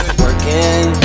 working